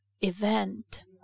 event